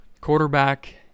Quarterback